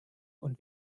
und